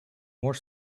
more